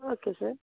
okay sir